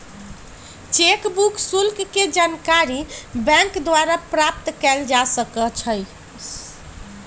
cheque book शुल्क के जानकारी बैंक द्वारा प्राप्त कयल जा सकइ छइ